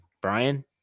Brian